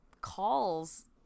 calls